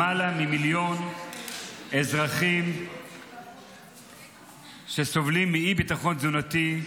למעלה ממיליון אזרחים שסובלים מאי-ביטחון תזונתי.